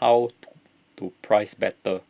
how to to price better